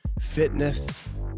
fitness